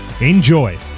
Enjoy